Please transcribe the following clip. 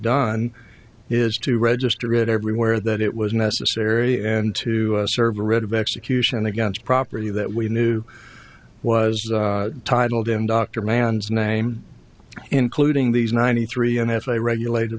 done is to register it everywhere that it was necessary and to serve the red of execution against property that we knew was titled in dr man's name including these ninety three and has a regulated